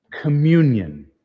Communion